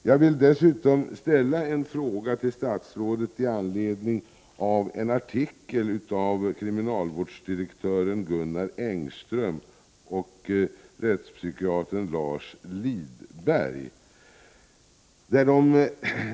Jag vill dessutom ställa en fråga till statsrådet med anledning av en artikel av kriminalvårdsdirektören Gunnar Engström och rättspsykiatrikern Lars Lidberg.